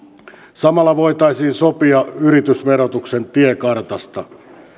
samalla voitaisiin sopia yritysverotuksen tiekartasta